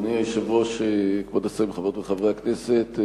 אדוני היושב-ראש, כבוד השרים, חברות וחברי הכנסת,